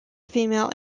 female